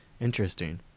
Interesting